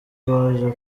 baje